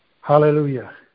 Hallelujah